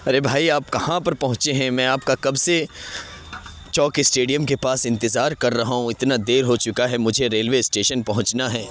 ارے بھائی آپ کہاں پر پہنچے ہیں میں آپ کا کب سے چوک اسٹیڈیم کے پاس انتظار کر رہا ہوں اتنا دیر ہو چکا ہے مجھے ریلوے اسٹیشن پہنچنا ہے